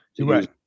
Right